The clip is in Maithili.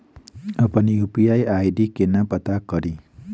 अप्पन यु.पी.आई आई.डी केना पत्ता कड़ी?